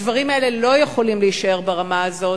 הדברים האלה לא יכולים להישאר ברמה הזאת.